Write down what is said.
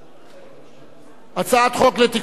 הצעת חוק לתיקון פקודת התעבורה (מס'